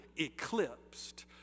eclipsed